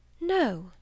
No